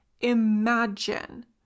imagine